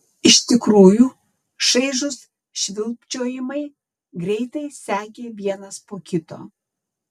iš tikrųjų šaižūs švilpčiojimai greitai sekė vienas po kito